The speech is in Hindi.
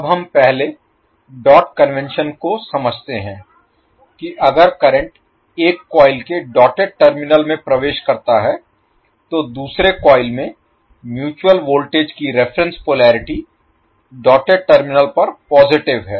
अब हम पहले डॉट कन्वेंशन को समझते हैं कि अगर करंट एक कॉइल के डॉटेड टर्मिनल में प्रवेश करता है तो दूसरे कॉइल में म्यूचुअल वोल्टेज की रेफरेंस पोलरिटी डॉटेड टर्मिनल पर पॉजिटिव है